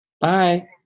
Bye